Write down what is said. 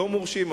לא מורשים,